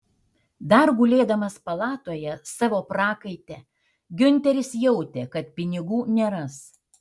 dar gulėdamas palatoje savo prakaite giunteris jautė kad pinigų neras